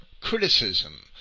criticism